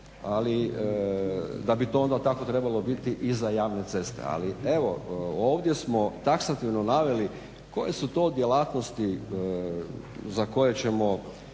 ali da bi to onda tako trebalo biti i za javne ceste. Ali, evo ovdje smo taksativno naveli koje su to djelatnosti za koje ćemo